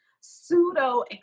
pseudo